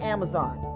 Amazon